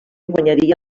guanyaria